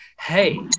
hey